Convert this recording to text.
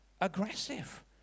aggressive